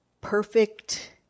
perfect